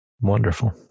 Wonderful